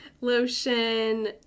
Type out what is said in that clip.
Lotion